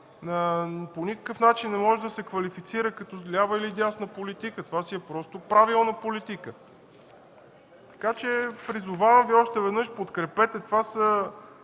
по никакъв начин не може да се квалифицира като лява или дясна политика, това си е просто правилна политика. Призовавам Ви още веднъж да подкрепите